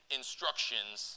instructions